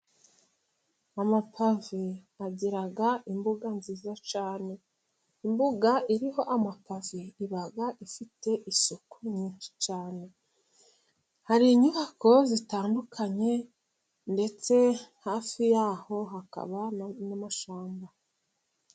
Amapave agira imbuga nziza cyane, imbuga iriho amapave iba ifite isuku nyinshi cyane. Hari inyubako zitandukanye ndetse hafi yaho hakaba n'amashyamba.